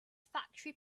factory